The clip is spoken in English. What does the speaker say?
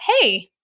hey